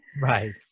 right